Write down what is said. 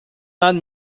not